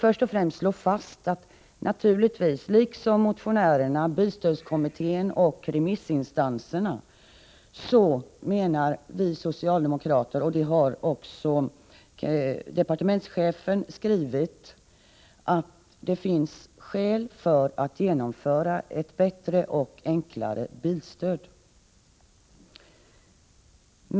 Först och främst vill jag slå fast att vi socialdemokrater naturligtvis liksom motionärerna, bilstödskommittén och remissinstanserna — och det har också departementschefen skrivit — anser att det finns skäl för att genomföra ett bättre och enklare bilstöd.